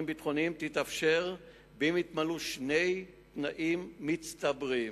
הביטחוניים תתאפשר אם יתמלאו שני תנאים מצטברים: